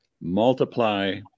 multiply